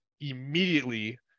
immediately